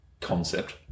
concept